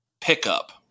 pickup